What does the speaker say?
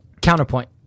Counterpoint